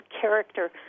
character